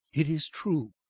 it is true.